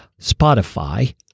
Spotify